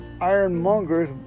ironmongers